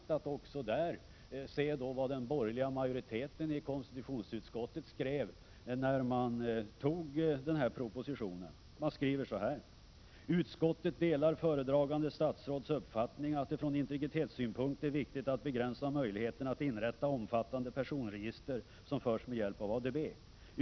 Det är också där rätt intressant att se vad den borgerliga majoriteten i konstitutionsutskottet skrev när propositionen antogs: Utskottet delar föredragande statsrådets uppfattning att det från integritetssynpunkt är viktigt att begränsa möjligheterna att inrätta omfattande personregister som förs med hjälp av ADB.